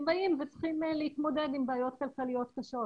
הם באים והם צריכים להתמודד עם בעיות כלכליות קשות,